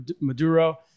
Maduro